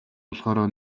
болохоороо